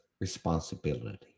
responsibility